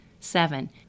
Seven